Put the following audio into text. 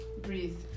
breathe